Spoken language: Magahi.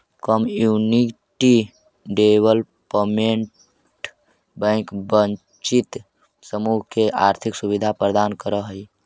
कम्युनिटी डेवलपमेंट बैंक वंचित समूह के आर्थिक सुविधा प्रदान करऽ हइ